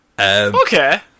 Okay